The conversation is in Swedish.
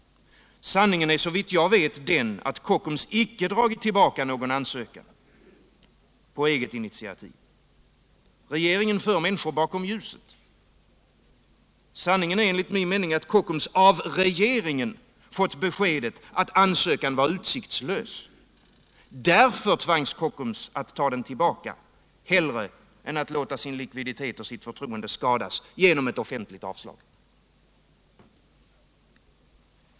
Sanningen är, såvitt jag vet, att Kockums icke har dragit tillbaka någon ansökan på eget initiativ. Regeringen för människor bakom ljuset. Sanningen är enligt min mening att Kockums av regeringen har fått beskedet att ansökan var utsiktslös. Därför tvangs Kockum ta tillbaka den, hellre än att låta sin likviditet och sitt förtroende skadas genom ett offentligt avslag.